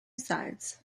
sides